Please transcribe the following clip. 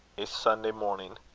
a sunday morning.